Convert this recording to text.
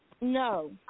No